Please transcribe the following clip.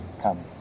come